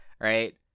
right